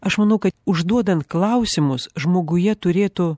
aš manau kad užduodant klausimus žmoguje turėtų